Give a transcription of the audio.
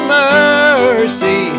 mercy